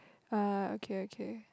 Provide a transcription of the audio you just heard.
ah okay okay